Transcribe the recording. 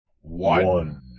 One